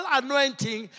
anointing